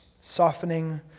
softening